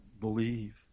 believe